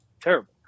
terrible